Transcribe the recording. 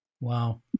Wow